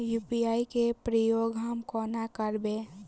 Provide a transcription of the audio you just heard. UPI केँ प्रयोग हम कोना करबे?